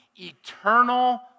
eternal